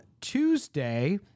Tuesday